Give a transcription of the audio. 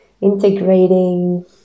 integrating